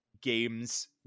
games